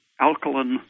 Alkaline